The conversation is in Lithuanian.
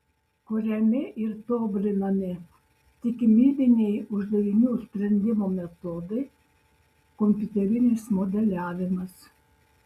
kuriami ir tobulinami tikimybiniai uždavinių sprendimo metodai kompiuterinis modeliavimas